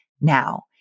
now